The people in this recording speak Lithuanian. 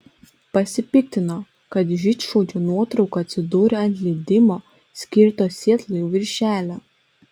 pasipiktino kad žydšaudžio nuotrauka atsidūrė ant leidimo skirto sietlui viršelio